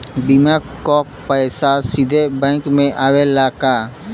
बीमा क पैसा सीधे बैंक में आवेला का?